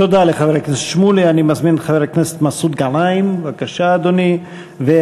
המלחמה והמאבק שלנו הם כמובן